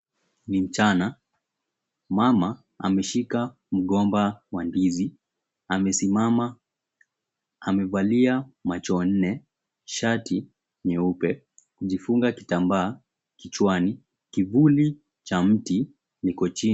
Ni mchana mama ameshika mgomba wa ndizi, amesimama amevalia macho nne, shati nyeupe amejifunga kitambaa kichwani kivuli cha mti kiko chini.